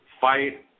fight